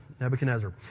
Nebuchadnezzar